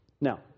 Now